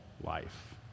life